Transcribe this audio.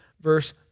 verse